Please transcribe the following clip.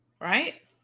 Right